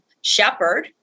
shepherd